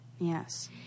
Yes